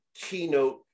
keynote